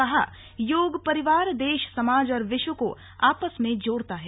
कहा योग परिवार दे ा समाज और वि व को आपस में जोड़ता है